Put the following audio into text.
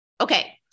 Okay